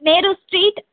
Nehru street